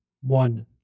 one